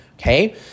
okay